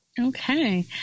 Okay